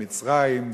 במצרים,